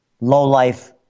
lowlife